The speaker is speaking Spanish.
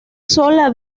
sola